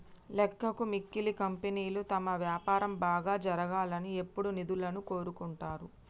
లెక్కకు మిక్కిలి కంపెనీలు తమ వ్యాపారం బాగా జరగాలని ఎప్పుడూ నిధులను కోరుకుంటరు